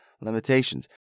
limitations